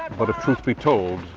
but if truth be told,